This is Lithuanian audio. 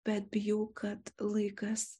bet bijau kad laikas